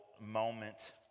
moment